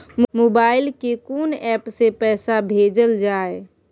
Mobile के कोन app से पैसा भेजल जाए?